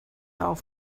auf